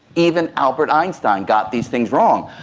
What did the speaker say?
even albert einstein got these things wrong.